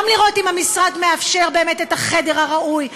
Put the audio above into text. גם לראות אם המשרד מאפשר באמת את החדר הראוי,